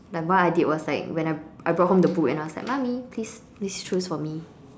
like what I did was like when I I brought home the book and I was like mummy please please choose for me